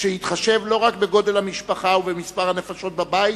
ויתחשב לא רק בגודל המשפחה ובמספר הנפשות בבית,